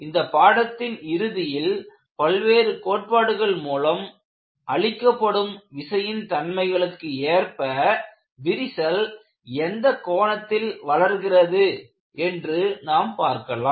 இந்த பாடத்தின் இறுதியில் பல்வேறு கோட்பாடுகள் மூலம் அளிக்கப்படும் விசையின் தன்மைகளுக்கு ஏற்ப விரிசல் எந்த கோணத்தில் வளர்கிறது என்று நாம் பார்க்கலாம்